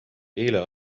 eile